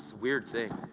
weird thing!